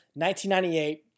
1998